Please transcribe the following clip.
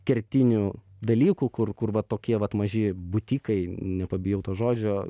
kertinių dalykų kur kur va tokie vat maži butikai nepabijau to žodžio